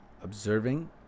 observing